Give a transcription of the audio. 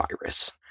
virus